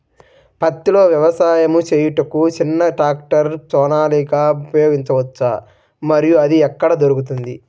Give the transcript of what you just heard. పత్తిలో వ్యవసాయము చేయుటకు చిన్న ట్రాక్టర్ సోనాలిక ఉపయోగించవచ్చా మరియు అది ఎక్కడ దొరుకుతుంది?